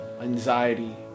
anxiety